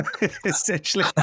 essentially